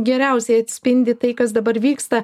geriausiai atspindi tai kas dabar vyksta